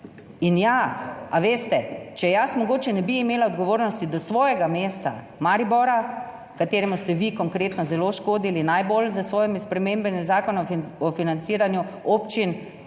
In ja, a veste, če jaz mogoče ne bi imela odgovornosti do svojega mesta, Maribora, kateremu ste vi konkretno zelo škodili, najbolj s svojimi spremembami Zakona o financiranju občin,